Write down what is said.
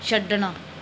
ਛੱਡਣਾ